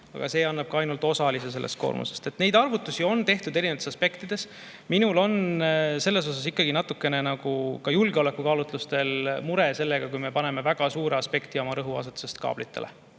aga see annab ka ainult osa sellest koormusest. Neid arvutusi on tehtud erinevates aspektides. Minul on selles osas ikkagi natukene ka julgeolekukaalutlustel mure, kui me paneme väga suure [rõhu ainult] kaablitele.